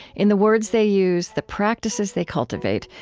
in the words they use, the practices they cultivate,